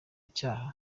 icyaha